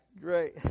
Great